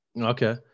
Okay